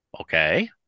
Okay